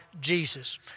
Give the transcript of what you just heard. Jesus